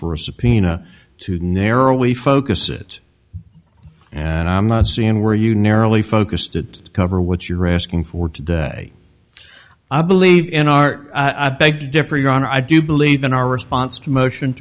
for a subpoena to narrowly focus it and i'm not seeing where you narrowly focused it cover what you're asking for today i believe in art i beg to differ your honor i do believe in our response to motion